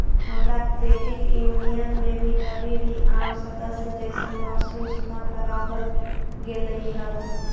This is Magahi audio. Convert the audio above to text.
हमरा क्रेडिट यूनियन में कभी भी आम सदस्य जइसन महसूस न कराबल गेलई हल